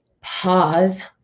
pause